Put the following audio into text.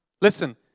Listen